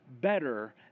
better